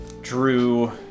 Drew